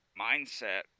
mindset